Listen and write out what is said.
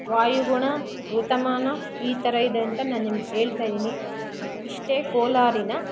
ವಾಯುಗುಣ ಋತುಮಾನ ಈ ಥರ ಇದೆ ಅಂತ ನಾನು ನಿಮ್ಗೆ ಹೇಳ್ತಾ ಇದ್ದೀನಿ ಇಷ್ಟೇ ಕೋಲಾರಿನ